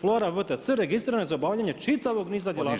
Flora Vtc registrirana za obavljanje čitavog niza djelatnosti.